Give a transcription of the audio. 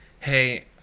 hey